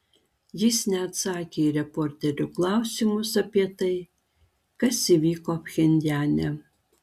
jis neatsakė į reporterių klausimus apie tai kas įvyko pchenjane